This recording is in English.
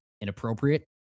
inappropriate